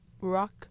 rock